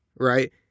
right